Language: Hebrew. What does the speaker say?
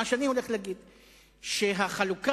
את מה שאני הולך להגיד,